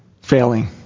failing